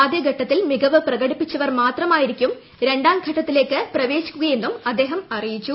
ആദൃഘട്ടത്തിൽ മികവ് പ്രകടിപ്പിച്ചവർ മാത്രമായിരിക്കും രണ്ടാംഘട്ടത്തിലേക്ക് പ്രവേശിക്കുകയെന്നും അദ്ദേഹം അറിയിച്ചു